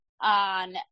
on